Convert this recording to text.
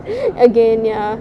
again ya